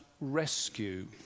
rescue